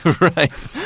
right